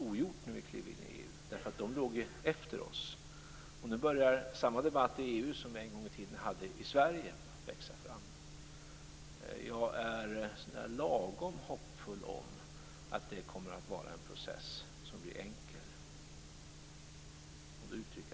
Här hoppas jag naturligtvis att jag kan komma tillbaka till EU-nämnden för att få stöd.